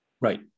Right